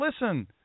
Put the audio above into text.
listen